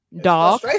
dog